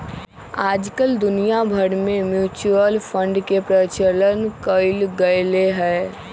आजकल दुनिया भर में म्यूचुअल फंड के प्रचलन कइल गयले है